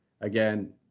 again